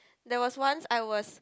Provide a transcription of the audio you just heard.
there was once I was